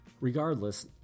Regardless